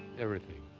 everything.